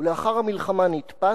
ולאחר המלחמה נתפס,